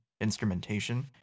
instrumentation